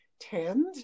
tend